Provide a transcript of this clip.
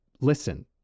listen